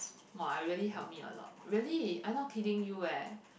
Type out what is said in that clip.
!woah! it really help me a lot really I not kidding you eh